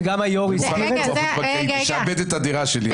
וגם היושב-ראש הזכיר את זה --- אני משעבד את הדירה שלי על זה.